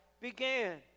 began